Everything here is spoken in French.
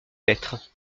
lettres